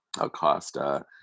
Acosta